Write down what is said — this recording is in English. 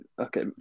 Okay